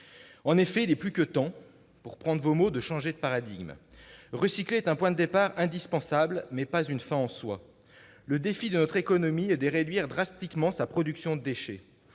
En effet, il est plus que temps, pour reprendre vos mots, madame la secrétaire d'État, de changer de paradigme. Recycler est un point de départ indispensable, mais pas une fin en soi. Le défi de notre économie est de réduire drastiquement sa production de déchets.